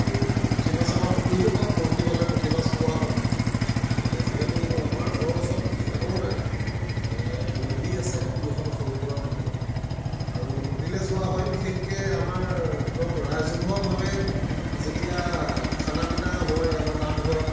আৰু পুঠি মাছ আমাৰ পুখুৰীটো পাওঁ বৰশী বালে পুঠি মাছ পোৱা হয় যিহেতু আমাৰ ঘৰৰ ওচৰত সাগৰ নাই নদী আছে দুই এখন সৰু সুৰা নদী আৰু নদীলৈ যোৱা হয় বিশেষকৈ আমাৰ ধৰক ৰাজহুৱাভাৱে যেতিয়া খানা পিনা হয় আমাৰ নামঘৰত